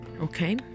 okay